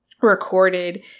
recorded